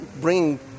bring